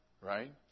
right